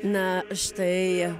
na štai